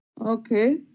okay